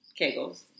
kegels